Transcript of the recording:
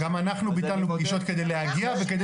גם אנחנו ביטלנו פגישות כדי להגיע וכדי